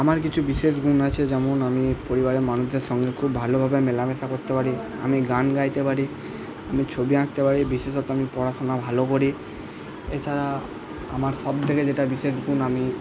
আমার কিছু বিশেষ গুণ আছে যেমন আমি পরিবারের মানুষদের সঙ্গে খুব ভালোভাবে মেলামেশা করতে পারি আমি গান গাইতে পারি আমি ছবি আঁকতে পারি বিশেষত আমি পড়াশুনা ভালো করি এছাড়া আমার সব থেকে যেটা বিশেষ গুণ আমি